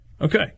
Okay